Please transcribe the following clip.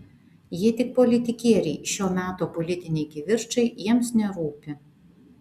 jie tik politikieriai šio meto politiniai kivirčai jiems nerūpi